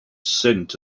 scent